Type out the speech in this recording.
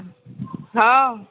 हँ